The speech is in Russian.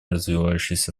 развивающихся